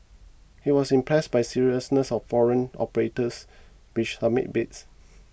he was impressed by seriousness of foreign operators which submitted bids